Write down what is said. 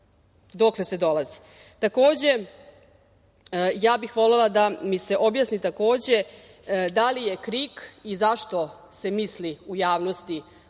dokle se dolazi. Takođe, ja bih volela da mi se objasni da li je KRIK i zašto se misli u javnosti,